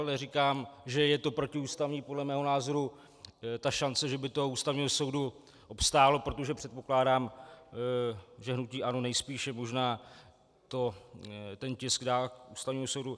Neříkám, že je to protiústavní, podle mého názoru šance, že by to u Ústavního soudu obstálo, protože předpokládám, že hnutí ANO nejspíše možná ten tisk dá k Ústavnímu soudu.